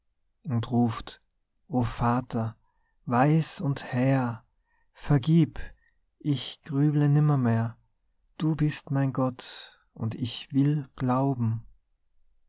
und ruft o vater weis und hehr vergib ich grüble nimmermehr du bist mein gott und ich will glauben